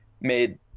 made